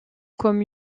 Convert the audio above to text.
comme